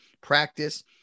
practice